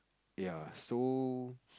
ya so